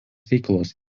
veiklos